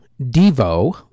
Devo